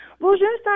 Bonjour